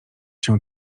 cię